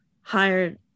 hired